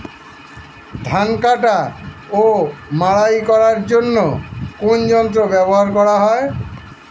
ধান কাটা ও মাড়াই করার জন্য কোন যন্ত্র ব্যবহার করা হয়?